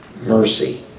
Mercy